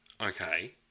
Okay